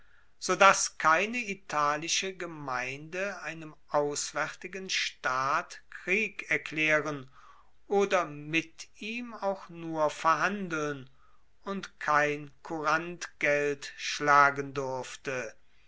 dass keine italische gemeinde einem auswaertigen staat krieg erklaeren oder mit ihm auch nur verhandeln und kein courantgeld schlagen durfte